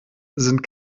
sind